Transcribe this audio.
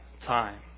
time